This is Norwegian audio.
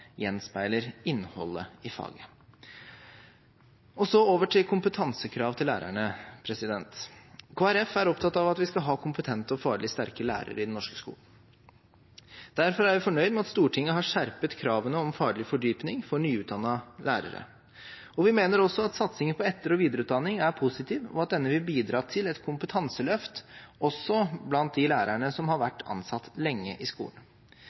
gjenspeiler innholdet i faget. Så over til kompetansekrav til lærerne: Kristelig Folkeparti er opptatt av at vi skal ha kompetente og faglig sterke lærere i den norske skolen. Derfor er vi fornøyd med at Stortinget har skjerpet kravene om faglig fordypning for nyutdannede lærere, og vi mener også at satsingen på etter- og videreutdanning er positiv, og at denne vil bidra til et kompetanseløft også blant de lærerne som har vært ansatt lenge i skolen.